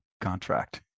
contract